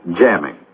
jamming